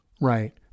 Right